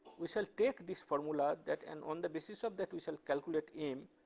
we shall take this formula that, and on the basis of that we shall calculate m.